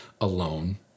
alone